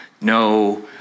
no